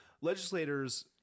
legislators